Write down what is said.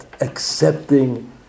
accepting